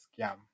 scam